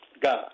God